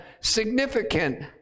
significant